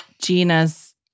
Gina's